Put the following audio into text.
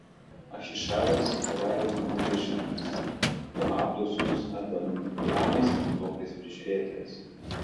ahišaras karaliaus namų viršininkas o abdos sūnus adoniramas duoklės prižiūrėtojas